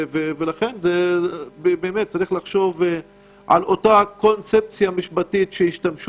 ולכן צריך באמת לחשוב על אותה הקונצפציה המשפטית שהשתמשו